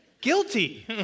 Guilty